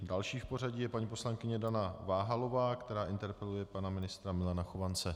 Další v pořadí je paní poslankyně Dana Váhalová, která interpeluje pana ministra Milana Chovance.